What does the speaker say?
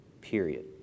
period